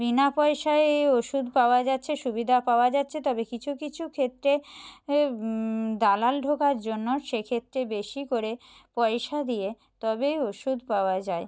বিনা পয়সায় ওষুধ পাওয়া যাচ্ছে সুবিধা পাওয়া যাচ্ছে তবে কিছু কিছু ক্ষেত্রে দালাল ঢোকার জন্য সেক্ষেত্রে বেশি করে পয়সা দিয়ে তবেই ওষুধ পাওয়া যায়